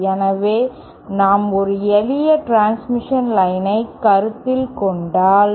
எனவே நாம் ஒரு எளிய டிரன்ஸ்மிஷன் லைன் ஐ கருத்தில் கொண்டால்